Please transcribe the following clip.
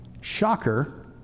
Shocker